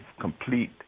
complete